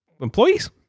employees